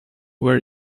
where